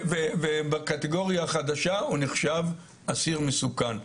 ובקטגוריה החדשה הוא נחשב אסיר מסוכן.